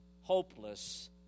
Hopeless